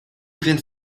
więc